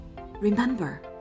Remember